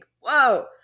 Whoa